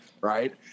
Right